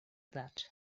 that